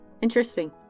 Interesting